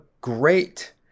great